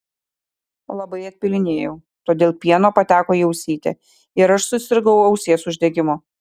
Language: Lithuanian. labai atpylinėjau todėl pieno pateko į ausytę ir aš susirgau ausies uždegimu